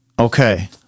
Okay